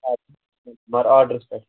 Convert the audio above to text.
مگر آڈرَس پٮ۪ٹھ